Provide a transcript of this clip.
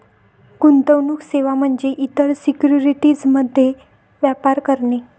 गुंतवणूक सेवा म्हणजे इतर सिक्युरिटीज मध्ये व्यापार करणे